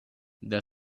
the